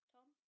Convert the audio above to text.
Tom